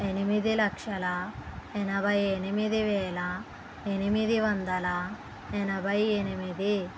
ఎనిమిది లక్షల యనబై ఎనిమిది వేల ఎనిమిది వందల యనబై ఎనిమిది